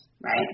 right